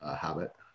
habit